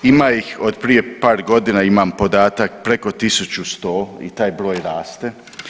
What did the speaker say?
Ima ih od prije par godina imam podatak preko 1100 i taj broj raste.